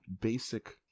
basic